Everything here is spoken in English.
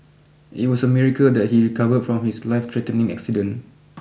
it was a miracle that he recovered from his life threatening accident